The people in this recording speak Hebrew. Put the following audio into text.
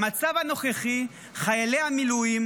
במצה הנוכחי חיילי המילואים,